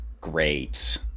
Great